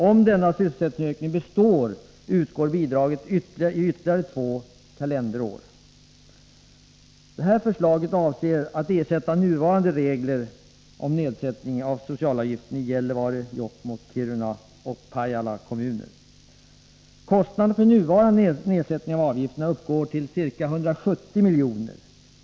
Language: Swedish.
Om denna sysselsättningsökning består utgår bidraget i ytterligare två kalenderår. Det här förslaget avser att ersätta nuvarande regler om nedsättning av socialavgiften i Gällivare, Jokkmokk, Kiruna och Pajala kommuner. Kostnaderna för nuvarande nedsättning av avgifterna uppgår till ca 170 miljoner.